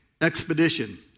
expedition